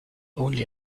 only